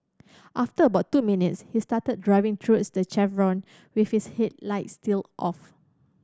after about two minutes he started driving towards the chevron with his headlights still off